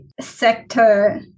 sector